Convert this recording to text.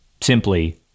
simply